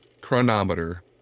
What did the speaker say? chronometer